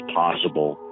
possible